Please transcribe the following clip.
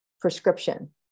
prescription